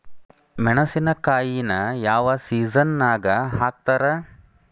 ಮೆಣಸಿನಕಾಯಿನ ಯಾವ ಸೇಸನ್ ನಾಗ್ ಹಾಕ್ತಾರ?